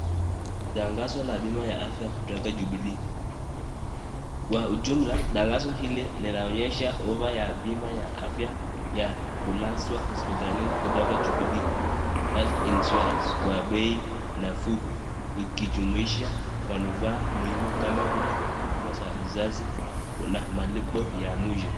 Tangazo la bima ya afya kutoka Jubilee. Kwa ujumla, tangazo hili linaonyesha ofa ya bima ya afya ya kulazwa hospitalini kutoka Jubilee. Health insurance kwa bei nafuu. Ikijumuisha manufaa muhimu kama vile huduma za uzazi na malipo ya mwisho.